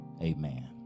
Amen